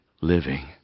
living